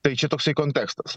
tai čia toksai kontekstas